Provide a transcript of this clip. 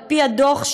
על-פי הדוח,